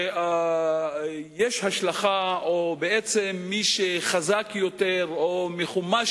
ויש לזה השלכה, ובעצם מי שחזק יותר או חמוש